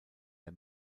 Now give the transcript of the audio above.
der